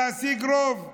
להשיג רוב,